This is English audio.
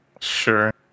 Sure